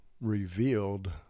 revealed